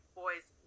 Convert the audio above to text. boys